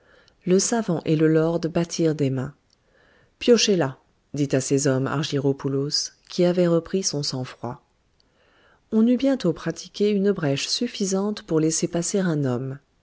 le savant et le lord battirent des mains piochez là dit à ses hommes argyropoulos qui avait repris son sang-froid on eut bientôt pratiqué une brèche suffisante pour laisser passer un homme